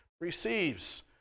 receives